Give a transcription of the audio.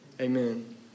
amen